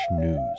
news